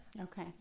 okay